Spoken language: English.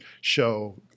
show